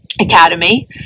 academy